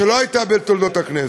שלא הייתה בתולדות הכנסת.